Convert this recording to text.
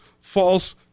false